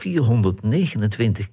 429